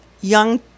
young